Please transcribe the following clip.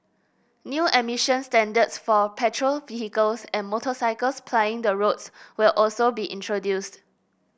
new emission standards for petrol vehicles and motorcycles plying the roads will also be introduced